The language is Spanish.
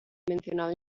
mencionado